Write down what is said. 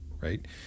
right